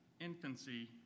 infancy